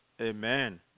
Amen